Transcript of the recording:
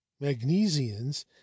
magnesians